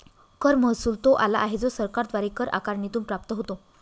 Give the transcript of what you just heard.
कर महसुल तो आला आहे जो सरकारद्वारे कर आकारणीतून प्राप्त होतो